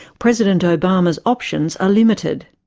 president obama's options are limited.